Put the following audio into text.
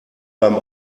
beim